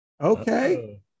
Okay